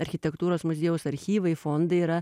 architektūros muziejaus archyvai fondai yra